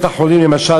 למשל,